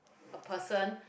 a person